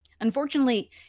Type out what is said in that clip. Unfortunately